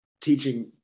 teaching